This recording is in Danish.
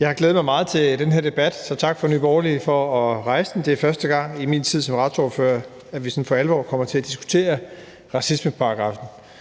Jeg har glædet mig meget til den her debat, så tak til Nye Borgerlige for at rejse den. Det er første gang i min tid som retsordfører, at vi sådan for alvor kommer til at diskutere racismeparagraffen.